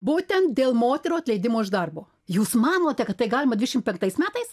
būtent dėl moterų atleidimo iš darbo jūs manote kad tai galima dvišim penktais metais